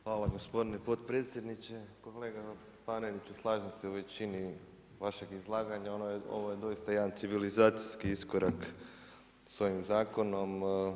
Hvala gospodine potpredsjedniče, kolega Paneniću slažem se u većini vašeg izlaganja, ovo je doista jedan civilizacijski iskorak sa ovim zakonom.